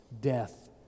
Death